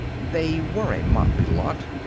they were a motley lot,